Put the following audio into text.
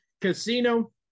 Casino